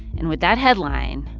and with that headline,